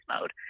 mode